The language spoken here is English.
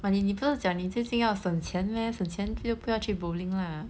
but 你你不是讲你最近要省钱 meh 省钱就不要去 bowling lah